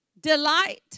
delight